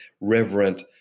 reverent